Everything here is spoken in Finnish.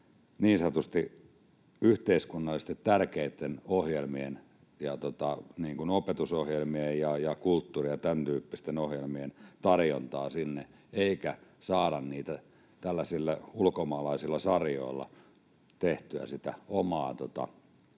niin sanotusti yhteiskunnallisesti tärkeitten ohjelmien ja opetusohjelmien ja kulttuuri- ja tämäntyyppisten ohjelmien tarjontaa sinne eikä saada tällaisilla ulkomaalaisilla sarjoilla tehtyä sitä omaa